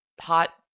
hot